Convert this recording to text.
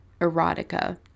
erotica